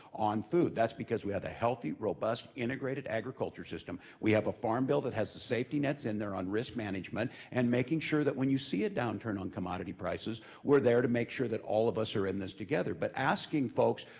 on food. that's because we have a healthy, robust, integrated agriculture system. we have a farm bill that has safety nets in there on risk management, and making sure that when you see a downturn on commodity prices, we're there to make sure that all of us are in this together. but asking folks